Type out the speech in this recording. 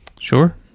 Sure